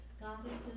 goddesses